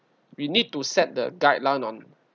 we need to set the guideline on